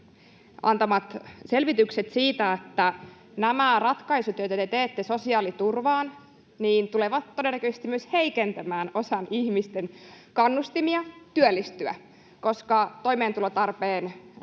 antamat selvitykset kertovat siitä, että nämä ratkaisut, joita te teette sosiaaliturvaan, tulevat todennäköisesti myös heikentämään osan ihmisistä kannustimia työllistyä, koska toimeentulotuen